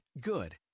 Good